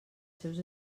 seus